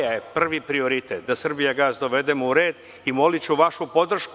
Moj je prvi prioritet da „Srbijagas“ dovedemo u red i moliću vašu podršku.